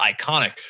iconic